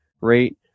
rate